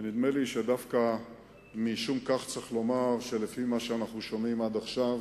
ונדמה לי שדווקא משום כך צריך לומר שלפי מה שאנחנו שומעים עד עכשיו